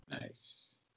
Nice